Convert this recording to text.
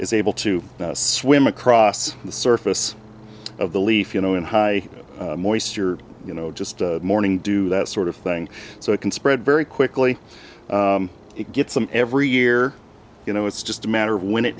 is able to swim across the surface of the leaf you know in high gear you know just morning dew that sort of thing so it can spread very quickly it gets them every year you know it's just a matter of when it